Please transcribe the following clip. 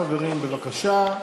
חברים, בבקשה,